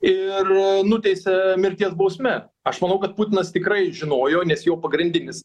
ir nuteisia mirties bausme aš manau kad putinas tikrai žinojo nes jo pagrindinis